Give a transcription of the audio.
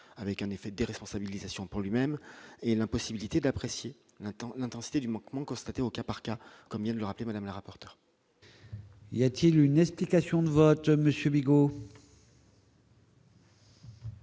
avec un effet déresponsabilisation pour lui-même et l'impossibilité d'apprécier l'intensité du manquement constaté au cas par cas, comme vient de le rappeler Madame la rapporteur. Il y a-t-il une explication de vote Monsieur Bigot.